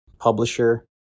publisher